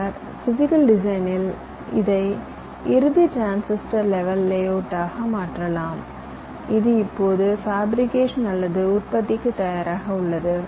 பின்னர் பிசிகல் டிசைனில் இதை இறுதி டிரான்சிஸ்டர் லெவல் லேஅவுட்ஆக மாற்றலாம் இது இப்போது ஃபேபிரிகேஷன் அல்லது உற்பத்திக்கு தயாராக உள்ளது